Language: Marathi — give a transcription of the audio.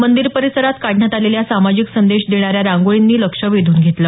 मंदिर परिसरात काढण्यात आलेल्या सामाजिक संदेश देणाऱ्या रांगोळींनी लक्ष वेधून घेतलं